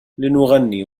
لنغني